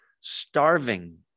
starving